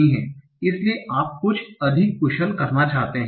इसलिए आप कुछ अधिक कुशल करना चाहते हैं